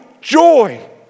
joy